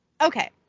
Okay